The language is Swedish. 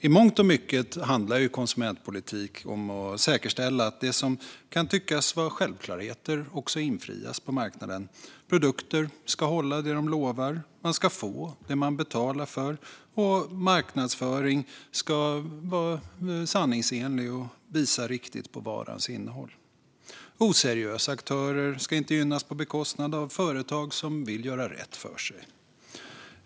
I mångt och mycket handlar konsumentpolitik om att säkerställa att det som kan tyckas vara självklarheter också infrias på marknaden. Produkter ska hålla det de lovar. Man ska få det man betalar för, och marknadsföring ska vara sanningsenlig och visa riktigt på varans innehåll. Oseriösa aktörer ska inte gynnas på bekostnad av företag som vill göra rätt för sig.